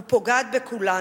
ופוגעת בכולנו.